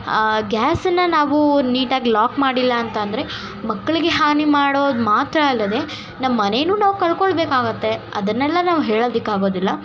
ಗ್ಯಾಸನ್ನು ನಾವು ನೀಟಾಗಿ ಲಾಕ್ ಮಾಡಿಲ್ಲ ಅಂತಂದರೆ ಮಕ್ಕಳಿಗೆ ಹಾನಿ ಮಾಡೋದು ಮಾತ್ರ ಅಲ್ಲದೆ ನಮ್ಮಮನೇನು ನಾವು ಕಳ್ಕೊಳ್ಬೇಕಾಗುತ್ತೆ ಅದನ್ನೆಲ್ಲ ನಾವು ಹೇಳೋದಕ್ಕಾಗೋದಿಲ್ಲ